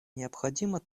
необходимо